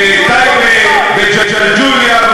בטייבה, בג'לג'וליה.